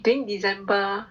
during december